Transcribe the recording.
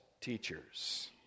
teachers